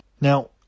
Now